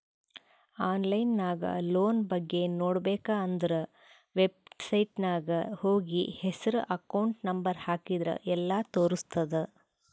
online ನಾಗ್ loan ಬಗ್ಗೆ ನೋಡ್ಬೇಕ ಅಂದುರ್ ವೆಬ್ಸೈಟ್ನಾಗ್ ಹೋಗಿ ಹೆಸ್ರು ಅಕೌಂಟ್ ನಂಬರ್ ಹಾಕಿದ್ರ ಎಲ್ಲಾ ತೋರುಸ್ತುದ್